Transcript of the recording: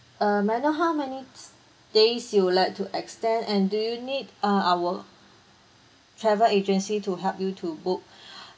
err may I know how many days you would like to extend and do you need uh our travel agency to help you to book